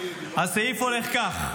הסעיף הולך כך: